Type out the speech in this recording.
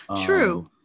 True